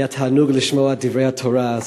היה תענוג לשמוע את דברי התורה.